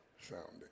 sounding